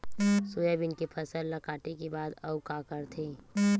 Soybean के फसल ल काटे के बाद आऊ का करथे?